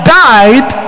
died